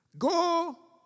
Go